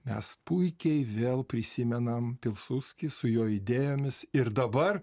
mes puikiai vėl prisimenam pilsudskis su jo idėjomis ir dabar